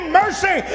mercy